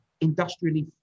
industrially